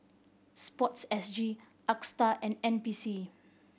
Sports S G Astar and N P C